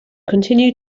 continue